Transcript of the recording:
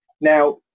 Now